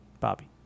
Bobby